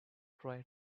try